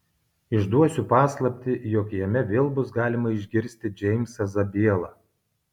išduosiu paslaptį jog jame vėl bus galima išgirsti džeimsą zabielą